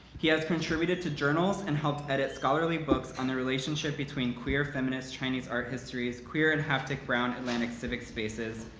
he has contributed to journals and helped edit scholarly books on the relationship between queer feminist chinese art histories, queer and haptic brown atlantic civic spaces,